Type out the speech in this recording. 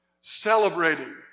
celebrating